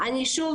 אני שוב